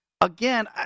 again